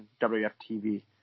WFTV